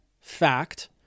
fact